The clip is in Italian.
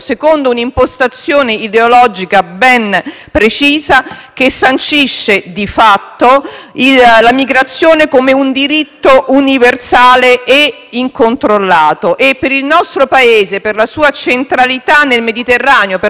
che sancisce di fatto la migrazione come un diritto universale e incontrollato. E per il nostro Paese, per la sua centralità nel Mediterraneo, per la sua centralità nel continente liquido che è il Mediterraneo,